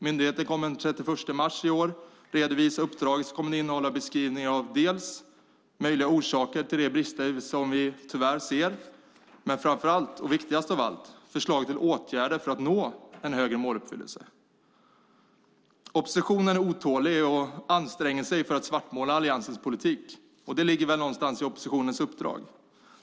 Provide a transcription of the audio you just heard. Myndigheterna kommer den 31 mars i år att redovisa uppdraget, som kommer att innehålla beskrivningar av möjliga orsaker till de brister som finns. Det viktigaste av allt är dock förslag till åtgärder för nå en högre måluppfyllelse. Oppositionen är otålig och anstränger sig för att svartmåla Alliansens politik. Det ligger väl någonstans i oppositionens uppdrag.